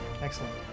Excellent